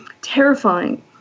terrifying